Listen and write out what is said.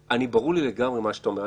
ברור לי לגמרי מה שאתה אומר,